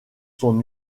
son